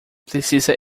precisa